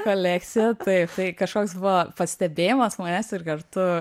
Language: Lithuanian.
kolekciją taip tai kažkoks buvo pastebėjimas manęs ir kartu